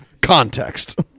Context